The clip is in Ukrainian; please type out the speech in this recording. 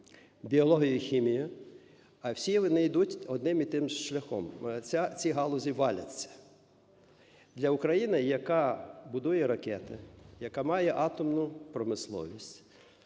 біологія, хімія - всі вони йдуть одним і тим же шляхом: ці галузі валяться. Для України, яка будує ракети, яка має атомну промисловість,